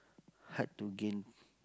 hard to gain